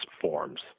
forms